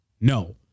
No